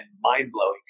mind-blowing